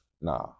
nah